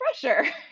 Pressure